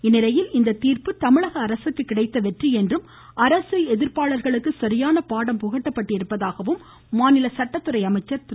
இந்நிலையில் இத்தீர்ப்பு தமிழக அரசுக்கு கிடைத்த வெற்றி என்றும் அரசு எதிர்ப்பாளர்களுக்கு சரியான பாடம் புகட்டப்பட்டிருப்பதாகவும் மாநில சட்டத்துறை அமைச்சர் திரு